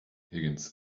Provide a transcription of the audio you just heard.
higgins